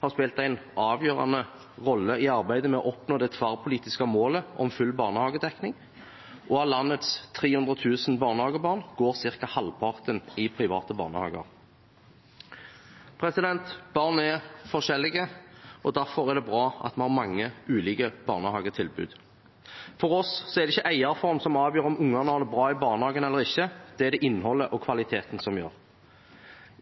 har spilt en avgjørende rolle i arbeidet med å oppnå det tverrpolitiske målet om full barnehagedekning, og av landets 300 000 barnehagebarn går ca. halvparten i private barnehager. Barn er forskjellige, og derfor er det bra at vi har mange ulike barnehagetilbud. For oss er det ikke eierform som avgjør om ungene har det bra i barnehagen eller ikke – det er det innholdet og kvaliteten som gjør.